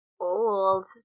old